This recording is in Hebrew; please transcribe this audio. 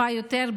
טיפה יותר,